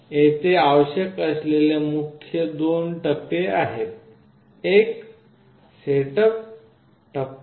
येथे आवश्यक असलेले मुख्य टप्पे दोन आहेत एक म्हणजे सेटअप टप्पा